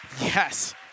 Yes